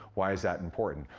why is that important?